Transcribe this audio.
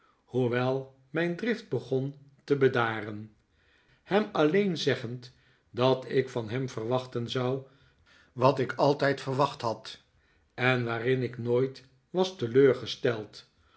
hoewel mijn drift begon te bedaren hem alleen zeg gend dat ik van hem verwachten zou wat ik altijd verwacht hao en waarin ik nooit was teleurgesteld